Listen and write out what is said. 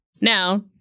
Now